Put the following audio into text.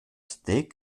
steak